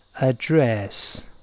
address